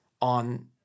on